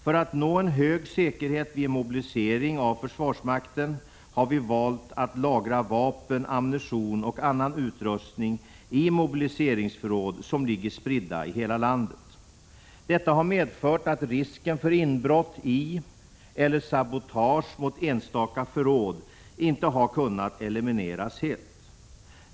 För att nå en hög säkerhet vid en mobilisering av försvarsmakten har vi valt att lagra vapen, ammunition och annan utrustning i mobiliseringsförråd som ligger spridda i hela landet. Detta har medfört att risken för inbrott i eller sabotage mot enstaka förråd inte har kunnat elimineras helt.